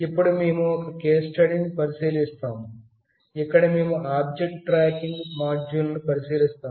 ఇప్పుడు మేము ఒక కేస్ స్టడీని పరిశీలిస్తాము ఇక్కడ మేము ఆబ్జెక్ట్ ట్రాకింగ్ మాడ్యూల్ను పరిశీలిస్తాము